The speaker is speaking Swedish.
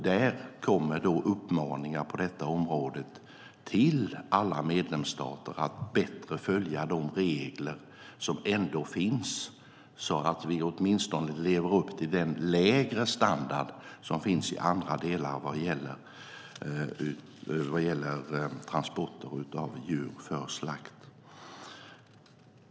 Där kommer då uppmaningar till alla medlemsstater på detta område att bättre följa de regler som ändå finns, så att vi åtminstone lever upp till den lägre standard som finns i andra delar när det gäller transporter av djur för slakt.